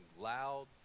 loud